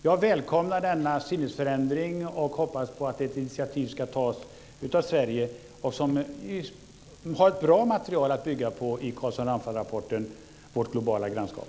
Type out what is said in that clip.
Jag välkomnar denna sinnesförändring och hoppas att ett initiativ ska tas av Sverige. Vi har ett bra material att bygga på i Carlsson-Ramphal-rapporten Vårt globala grannskap.